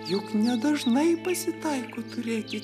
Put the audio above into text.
juk nedažnai pasitaiko turėti